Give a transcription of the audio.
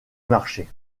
marcher